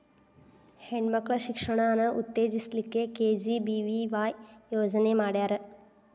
ಹೆಣ್ ಮಕ್ಳ ಶಿಕ್ಷಣಾನ ಉತ್ತೆಜಸ್ ಲಿಕ್ಕೆ ಕೆ.ಜಿ.ಬಿ.ವಿ.ವಾಯ್ ಯೋಜನೆ ಮಾಡ್ಯಾರ್